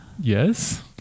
yes